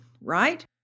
right